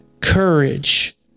courage